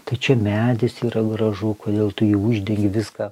tačiau medis yra gražu kodėl tu jį uždengi viską